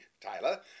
Tyler